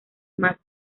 más